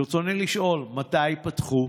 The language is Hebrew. ברצוני לשאול: 1. מתי ייפתחו?